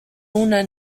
una